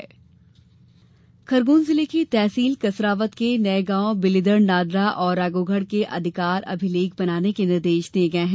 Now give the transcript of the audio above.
अभिलेख खरगोन जिले की तहसील कसरावद के नए गांव बिलीदड़ नांदला और राघौगड़ के अधिकार अभिलेख बनाने के निर्देश दिये गए हैं